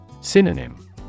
Synonym